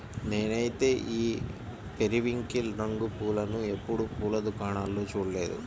నేనైతే ఈ పెరివింకిల్ రంగు పూలను ఎప్పుడు పూల దుకాణాల్లో చూడలేదు